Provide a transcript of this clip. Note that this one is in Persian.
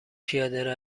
پیاده